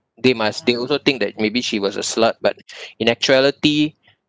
they must they also think that maybe she was a slut but in actuality